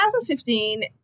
2015